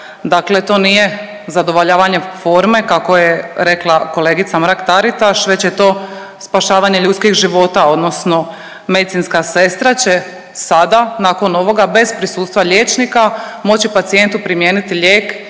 Dakle, to nije zadovoljavanje forme kako je rekla kolegica Mrak Taritaš već je to spašavanje ljudskih života odnosno medicinska sestra će sada nakon ovoga bez prisustva liječnika moći pacijentu primijeniti lijek